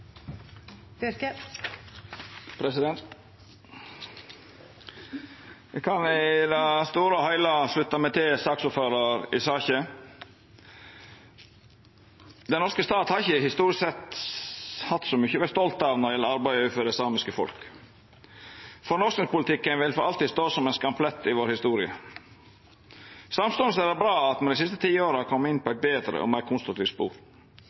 heile slutta meg til saksordføraren. Den norske stat har ikkje, historisk sett, hatt så mykje å vera stolt av når det gjeld arbeidet overfor det samiske folket. Fornorskingspolitikken vil for alltid stå som ein skamplett i historia vår. Samstundes er det bra at me dei siste tiåra har kome inn på eit betre og meir